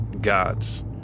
gods